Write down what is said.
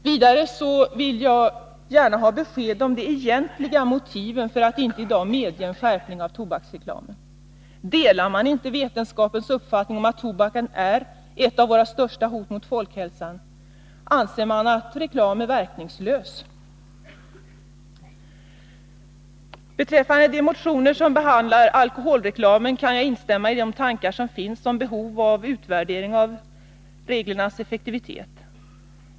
Vidare vill jag gärna ha besked om de egentliga motiven för att inte i dag medge en skärpning av reglerna för tobaksreklamen. Delar man inte vetenskapens uppfattning om att tobaken är ett av våra största hot mot folkhälsan? Anser man att reklam är verkningslös? Beträffande de motioner som behandlar alkoholreklamen kan jag instämma i de tankar som där finns om behovet av utvärdering av reglernas effektivitet.